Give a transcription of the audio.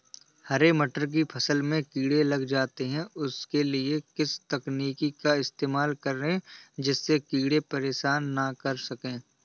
हरे मटर की फसल में कीड़े लग जाते हैं उसके लिए किस तकनीक का इस्तेमाल करें जिससे कीड़े परेशान ना कर सके?